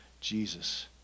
Jesus